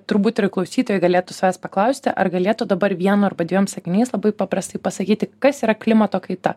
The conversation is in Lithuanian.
turbūt ir klausytojai galėtų savęs paklausti ar galėtų dabar vienu arba dviem sakiniais labai paprastai pasakyti kas yra klimato kaita